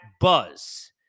buzz